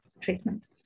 treatment